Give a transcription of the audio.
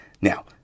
Now